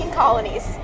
colonies